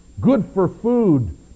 good-for-food